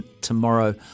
Tomorrow